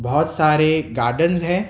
بہت سارے گارڈنز ہیں